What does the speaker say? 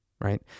Right